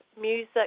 music